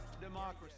democracy